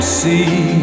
see